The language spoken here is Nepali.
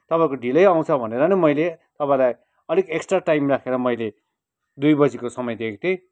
तपाईँको ढिलै आउँछ भनेर नै मैले तपाईँहरूलाई अलिक एक्स्ट्रा टाइम राखेर मैले दुई बजीको समय दिएको थिएँ